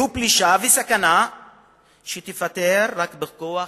והיא פלישה וסכנה שתיפתר רק בכוח,